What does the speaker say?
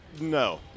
No